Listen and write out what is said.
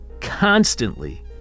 constantly